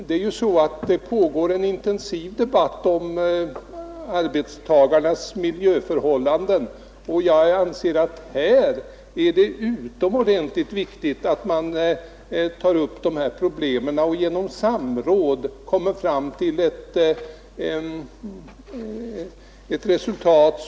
Det förs ju en intensiv debatt om arbetstagarnas miljöförhållanden, och jag anser att det är synnerligen viktigt att man tar upp även de här problemen och genom Nr 54 samråd kommer fram till ett resultat.